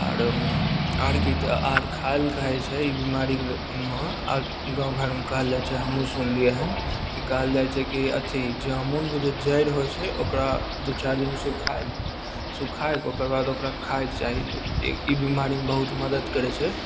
आर आर की तऽ आर खाइ लए कहय छै ई बीमारीमे गाँव घरमे कहल जाइ छै हमहुँ सुनलियै हन ई कहल जाइ छै की अथी जामुनके जे जड़ि होइ छै ओकरा दु चारि दिन सुखा सुखाय कऽ ओकर बाद ओकरा खाइके चाही ई बीमारीमे बहुत मदति करय छै